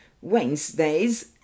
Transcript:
Wednesdays